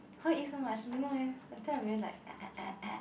how you eat so much don't know eh after I very like